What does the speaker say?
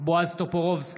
בועז טופורובסקי,